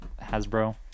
Hasbro